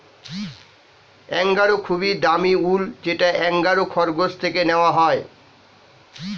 angora খুবই দামি উল যেটা অ্যাঙ্গোরা খরগোশ থেকে নেওয়া হয়